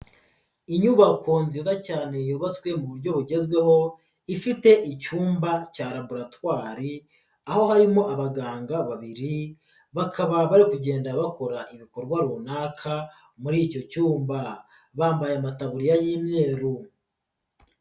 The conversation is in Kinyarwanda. Inyubako nziza cyane yubatswe mu buryo bugezweho, ifite icyumba cya laboratwari, aho harimo abaganga babiri bakaba bari kugenda bakora ibikorwa runaka muri icyo cyumba, bambaye amataburiya y'imyeru.